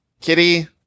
kitty